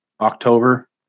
October